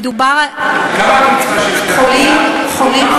מה הקצבה שלהם, את יודעת?